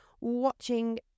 watching